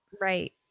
Right